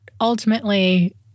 ultimately